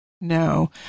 No